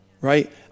right